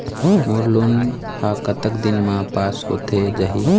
मोर loan हा कतक दिन मा पास होथे जाही?